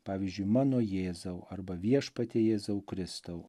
pavyzdžiui mano jėzau arba viešpatie jėzau kristau